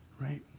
right